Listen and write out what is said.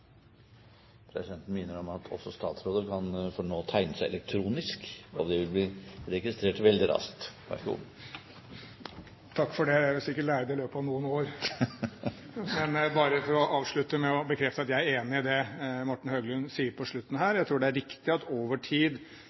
Presidenten minner om at også statsråder nå får tegne seg elektronisk, og det vil bli registrert veldig raskt. Takk for det! Jeg vil sikkert lære det i løpet av noen år. Jeg vil bare avslutte med å bekrefte at jeg er enig i det Morten Høglund sier på slutten her. Jeg tror det er riktig at vi over tid